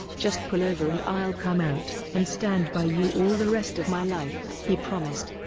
just pull over and i'll come out and stand by you all the rest of my life, he promised.